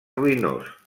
ruïnós